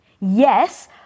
Yes